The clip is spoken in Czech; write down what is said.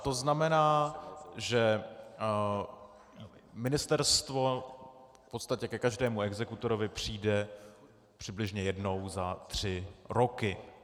To znamená, že ministerstvo v podstatě ke každému exekutorovi přijde přibližně jednou za tři roky.